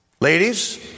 Ladies